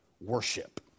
worship